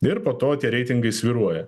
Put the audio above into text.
ir po to tie reitingai svyruoja